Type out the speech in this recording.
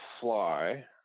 fly